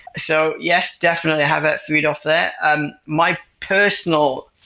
so yes, definitely have it food off there um my personal